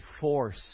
force